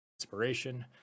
inspiration